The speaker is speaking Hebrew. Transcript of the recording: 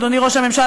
אדוני ראש הממשלה,